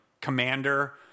commander